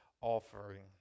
offering